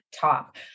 top